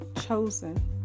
chosen